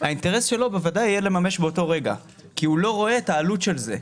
האינטרס שלו בוודאי יהיה לממש באותו רגע כי הוא לא רואה את העלות של זה.